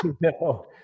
no